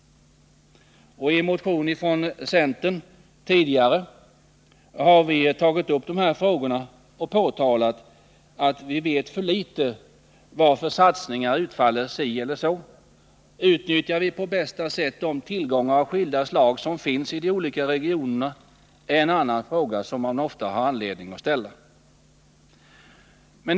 I motion från centern har vi tidigare tagit upp dessa frågor och påtalat att vi vet för litet om varför satsningar utfaller si eller så. En annan fråga som man ofta har anledning att ställa är: Utnyttjar vi på bästa sätt de tillgångar av skilda slag som finns i de olika regionerna?